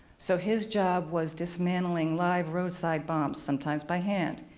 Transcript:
so, his job was dismantling live, roadside bombs sometimes by hand.